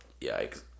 Yikes